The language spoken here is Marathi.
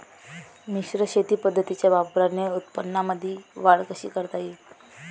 मिश्र शेती पद्धतीच्या वापराने उत्पन्नामंदी वाढ कशी करता येईन?